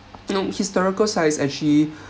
you know historical sites actually